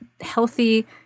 healthy